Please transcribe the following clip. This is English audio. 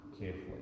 carefully